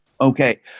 okay